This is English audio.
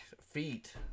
feet